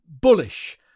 bullish